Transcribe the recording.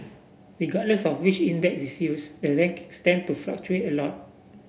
regardless of which index is use the rank tend to fluctuate a lot